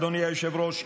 אדוני היושב-ראש,